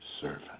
servant